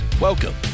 Welcome